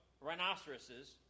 rhinoceroses